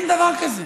אין דבר כזה.